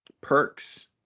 perks